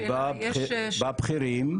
בבכירים?